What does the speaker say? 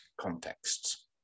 contexts